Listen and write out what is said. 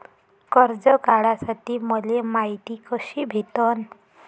कर्ज काढासाठी मले मायती कशी भेटन?